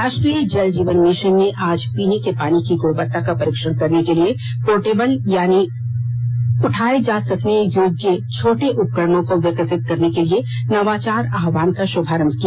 राष्ट्रीय जल जीवन मिशन ने आज पीने के पानी की गुणवत्ता का परीक्षण करने के लिए पोर्टेबल यानी उठाये जा सकने योग्य छोटे उपकरणों को विकसित करने के लिए नवाचार आहवान का शुभारंभ किया